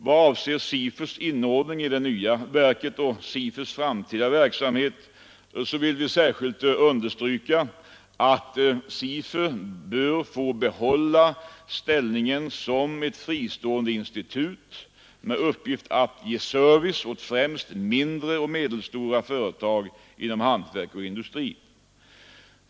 Vad avser SIFU:s inordning i det nya verket och SIFU:s framtida verksamhet vill vi särskilt understryka att SIFU bör få behålla ställningen som ett fristående institut med uppgift att ge service åt främst mindre och medelstora företag inom hantverk och industri.